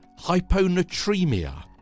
hyponatremia